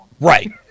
Right